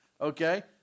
okay